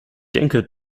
denke